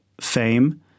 fame